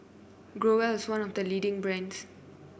growell is one of the leading brands